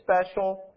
special